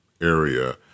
area